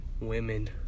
Women